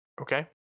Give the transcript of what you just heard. Okay